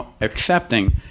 accepting